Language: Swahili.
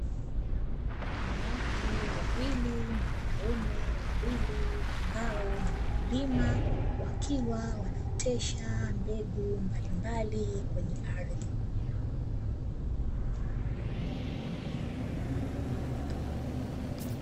Wanawake wawili na wanaume wawili ambao ni wakulima, wakiwa wanaotesha mbegu mbalimbali kwenye ardhi.